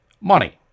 money